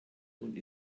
und